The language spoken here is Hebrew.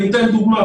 אני אתן דוגמה,